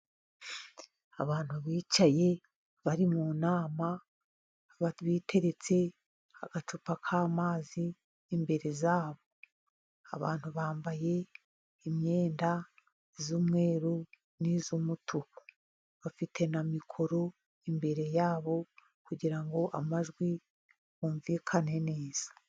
Abantu bicaye bari mu nama, biteretse agacupa k'amazi imbere ya bo. Abantu bambaye imyenda y'umweru n'iy'umutuku, bafite na mikoro imbere ya bo, kugira ngo amajwi yumvikane neza.